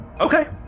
Okay